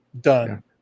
done